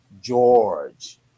George